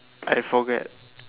I forget